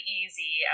easy